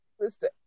listen